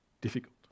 difficult